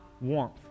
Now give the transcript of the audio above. warmth